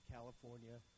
California